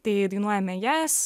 tai dainuojame jas